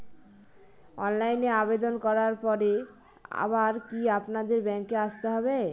অনলাইনে আবেদন করার পরে আবার কি আপনাদের ব্যাঙ্কে আসতে হবে?